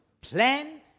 plan